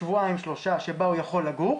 שבועיים-שלושה שבה הוא יכול לגור